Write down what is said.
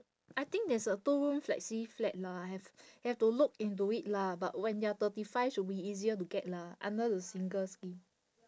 I think there's a two room flexi flat lah have have to look into it lah but when you are thirty five should be easier to get lah under the single scheme